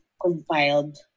compiled